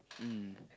mm